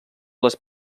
les